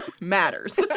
Matters